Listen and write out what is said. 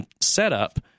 setup